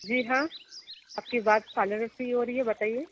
जी हाँ आपकी बात पार्लर से ही हो रही है बताइए